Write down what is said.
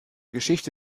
geschichte